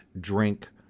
drink